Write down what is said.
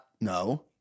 no